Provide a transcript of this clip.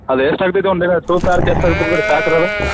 ಅದು ಎಷ್ಟು ಆಗ್ತೈತೆ ಒಂದು ದಿನ ಟೂರ್ ಪ್ಯಾರ್ಕ್ ಎಷ್ಟು ಆಗತ್ತೆ ಅದರಿ ಪ್ಯಾಕಿರೋದು